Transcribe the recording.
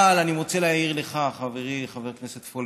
אבל אני רוצה להעיר לך, חברי, חבר הכנסת פולקמן: